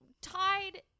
tied